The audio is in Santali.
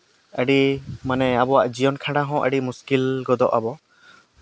ᱟᱹᱰᱤ ᱢᱟᱱᱮ ᱟᱵᱚᱣᱟᱜ ᱡᱤᱭᱚᱱ ᱠᱷᱟᱸᱰᱟᱣ ᱦᱚᱸ ᱟᱹᱰᱤ ᱢᱩᱥᱠᱤᱞ ᱜᱚᱫᱚᱜ ᱟᱵᱚ